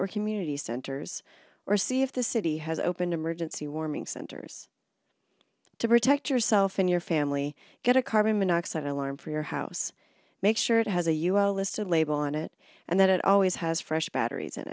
or community centers or see if the city has opened emergency warming centers to protect yourself and your family get a carbon monoxide alarm for your house make sure it has a ul listed label on it and that it always has fresh batteries in